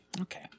Okay